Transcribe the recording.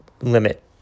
limit